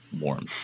warm